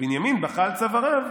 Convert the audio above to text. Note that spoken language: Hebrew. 'ובנימין בכה על צוואריו',